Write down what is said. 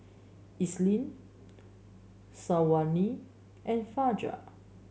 Isnin Syazwani and Fajar